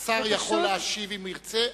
השר יכול להשיב אם ירצה.